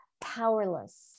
powerless